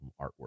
artwork